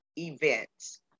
events